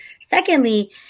secondly